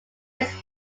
his